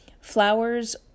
flowers